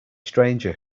stranger